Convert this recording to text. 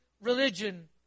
religion